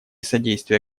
содействия